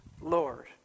Lord